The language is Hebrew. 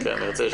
כן, נרצה לשמוע.